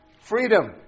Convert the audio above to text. Freedom